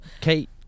Kate